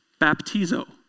baptizo